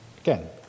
Again